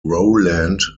rowland